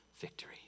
victory